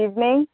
evening